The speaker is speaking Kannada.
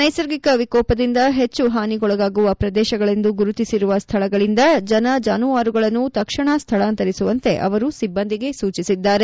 ನೈಸರ್ಗಿಕ ವಿಕೋಪದಿಂದ ಹೆಚ್ಚು ಹಾನಿಗೊಳಗಾಗುವ ಪ್ರದೇಶಗಳೆಂದು ಗುರುತಿಸಿರುವ ಸ್ಥಳಗಳಿಂದ ಜನ ಜಾನುವಾರುಗಳನ್ನು ತಕ್ಷಣ ಸ್ಥಳಾಂತರಿಸುವಂತೆ ಅವರು ಸಿಬ್ಬಂದಿಗೆ ಸೂಚಿಸಿದ್ದಾರೆ